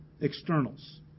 Externals